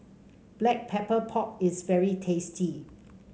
Black Pepper Pork is very tasty